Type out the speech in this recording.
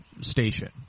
station